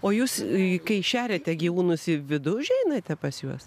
o jūs kai šeriate gyvūnus į vidų užeinate pas juos